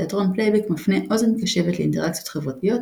תיאטרון פלייבק מפנה אוזן קשבת לאינטראקציות חברתיות